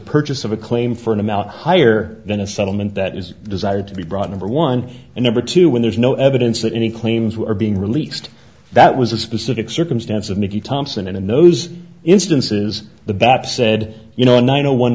purchase of a claim for an amount higher than a settlement that is desired to be brought in for one and number two when there's no evidence that any claims were being released that was a specific circumstance of mickey thompson and in those instances the bab's said you know no one